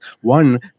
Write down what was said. one